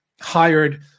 hired